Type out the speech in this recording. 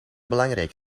belangrijk